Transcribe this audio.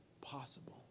possible